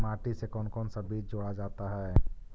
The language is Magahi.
माटी से कौन कौन सा बीज जोड़ा जाता है?